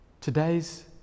today's